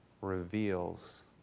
reveals